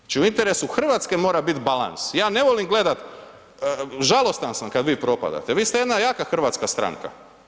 Znači u interesu Hrvatske mora biti balans ja ne volim gledat, žalostan sam kad vi propadate, vi ste jedna jaka hrvatska stranka.